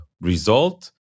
result